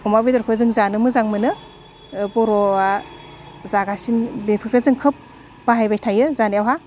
अमा बेदरखो जों जानो मोजां मोनो बर'आ जागासिनो बेफोरखो जों खोब बाहायबाय थायो जानायावहा